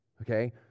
Okay